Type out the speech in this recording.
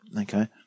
okay